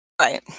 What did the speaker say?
Right